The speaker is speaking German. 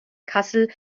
kassel